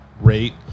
rate